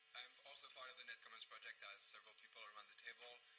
also part of the net commerce project, as several people around the table,